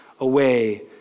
away